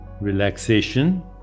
relaxation